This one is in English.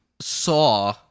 saw